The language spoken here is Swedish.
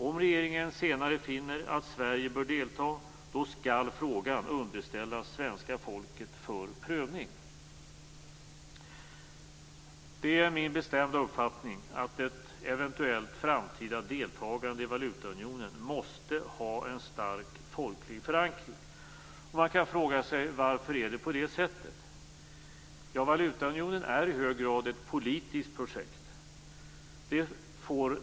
Om regeringen senare finner att Sverige bör delta skall frågan underställas svenska folket för prövning. Det är min bestämda uppfattning att ett eventuellt framtida deltagande i valutaunionen måste ha en stark folklig förankring. Man kan fråga sig: Varför är det på det sättet? Ja, valutaunionen är i hög grad ett politiskt projekt.